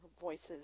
voices